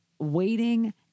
waiting